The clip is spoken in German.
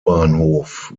bahnhof